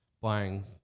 buying